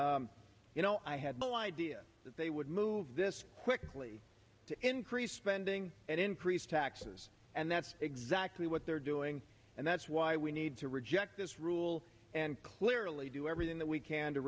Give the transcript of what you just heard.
you know i had no idea that they would move this quickly to increase spending and increase taxes and that's exactly what they're doing and that's why we need to reject this rule and clearly do everything that we can to